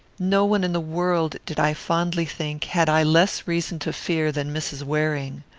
no one in the world, did i fondly think, had i less reason to fear than mrs. waring.